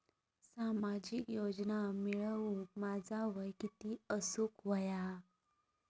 सामाजिक योजना मिळवूक माझा वय किती असूक व्हया?